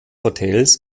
hotels